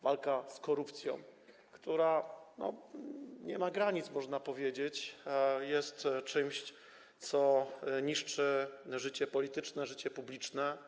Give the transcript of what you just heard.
Walka z korupcją, która nie ma granic, bo korupcja, można powiedzieć, jest czymś, co niszczy życie polityczne, życie publiczne.